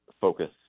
focus